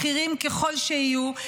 בכירים ככל שיהיו,